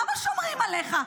למה שומרים עליך?